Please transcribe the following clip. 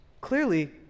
Clearly